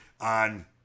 on